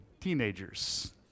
teenagers